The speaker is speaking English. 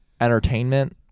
entertainment